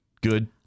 good